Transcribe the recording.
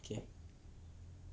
okay